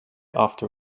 after